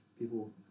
People